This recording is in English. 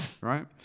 right